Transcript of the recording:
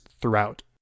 throughout